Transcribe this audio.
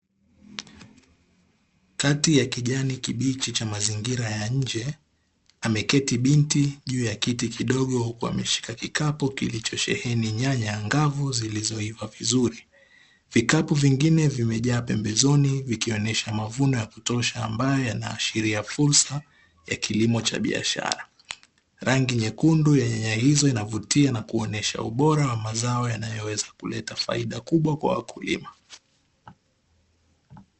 Kati ya kijani kibichi cha mazingira ya nje, ameketi binti juu ya kiti kidogo, huku ameshika kikapu kilichosheheni nyanya ngavu zilizoiva vizuri. Vikapu vingine vimejaa pembezoni vikionyesha mavuno ya kutosha amabayo yanaashiria fursa ya kilimo cha biashara. Rangi nyekundu ya nyanya hizo inavutia na kuonyesha ubora wa mazao yanayoweza kuleta faida kubwa kwa wakulima.